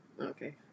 Okay